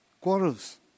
quarrels